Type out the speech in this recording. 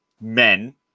men